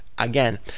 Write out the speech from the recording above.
again